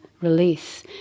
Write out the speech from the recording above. release